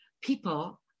people